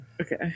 Okay